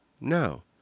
No